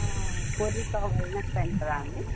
Poorvika wellness సెంటరా అండి